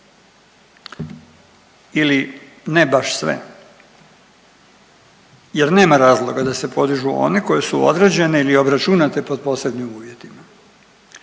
ili ne baš sve jer nema razloga da se podižu one koje su određene ili obračunate po posebnim uvjetima.